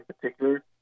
particular